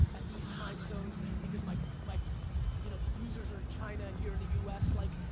at these timezones, because my like you know users are in china, and here in the us like.